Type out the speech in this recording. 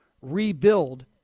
rebuild